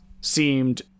seemed